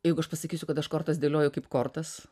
jeigu aš pasakysiu kad aš kortas dėlioju kaip kortas